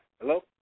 Hello